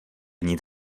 nic